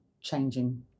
changing